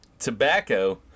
tobacco